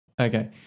Okay